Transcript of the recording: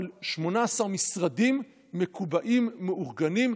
אבל 18 משרדים מקובעים, מאורגנים.